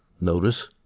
notice